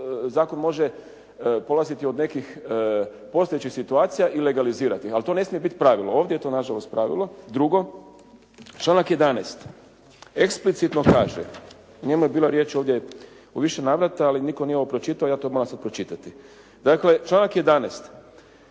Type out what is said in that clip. zakon može polaziti od nekih postojećih situacija i legalizirati ih, ali to ne smije biti pravilo. Ovdje je to na žalost pravilo. Drugo. Članak 11. eksplicitno kaže, o njemu je bilo riječ ovdje u više navrata ali nitko ovo nije pročitao. Ja to moram sada pročitati. Dakle, članak 11.